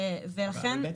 אלא על בסיס בדיקה סרולוגית.